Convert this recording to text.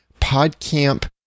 PodCamp